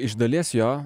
iš dalies jo